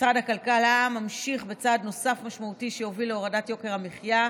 משרד הכלכלה ממשיך בצעד משמעותי נוסף שיוביל להורדת יוקר המחיה,